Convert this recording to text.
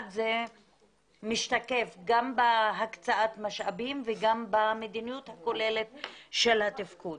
זה משתקף גם בהקצאת המשאבים וגם במדיניות הכוללת של התפקוד.